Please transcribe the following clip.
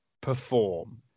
perform